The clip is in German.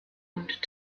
und